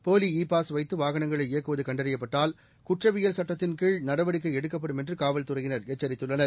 போலி e pass வைத்து வாகனங்களை இயக்குவது கண்டறியப்பட்டால் குற்றவியல் சட்டத்தின்கீழ் நடவடிக்கை எடுக்கப்படும் என்று காவல்துறையினர் எச்சரித்துள்ளனர்